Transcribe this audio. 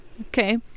Okay